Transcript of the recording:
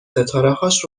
ستارههاش